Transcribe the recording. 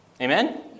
Amen